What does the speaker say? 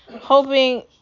hoping